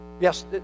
Yes